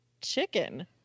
chicken